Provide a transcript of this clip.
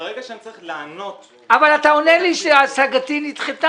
ברגע שאני צריך לענות -- אבל אתה עונה לי שהשגתי נדחתה.